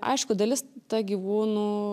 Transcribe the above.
aišku dalis ta gyvūnų